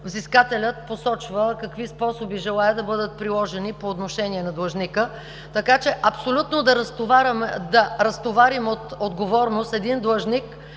взискателят посочва какви способи желае да бъдат приложени по отношение на длъжника, така че абсолютно да разтоварим от отговорност един